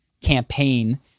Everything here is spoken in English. campaign